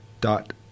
dot